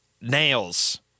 nails